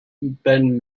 been